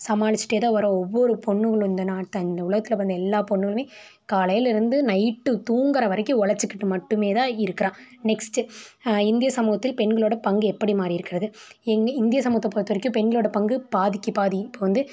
சமாளிச்சுட்டேதான் வர்றோம் ஒவ்வொரு பொண்ணுங்களும் இந்த நாட்டு இந்த உலகத்தில் பிறந்த எல்லா பொண்ணுங்களும் காலைலேருந்து நைட்டு தூங்குற வரைக்கும் உழைச்சிக்கிட்டு மட்டுமேதான் இருக்கிறா நெக்ஸ்ட்டு இந்திய சமூகத்தில் பெண்களோட பங்கு எப்படி மாறி இருக்கிறது இந்திய சமூகத்தை பொறுத்த வரைக்கும் பெண்களோட பங்கு பாதிக்கு பாதி இப்போ வந்து